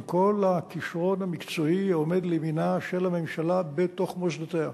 עם כל הכשרון המקצועי העומד לימינה של הממשלה בתוך מוסדותיה,